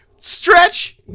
Stretch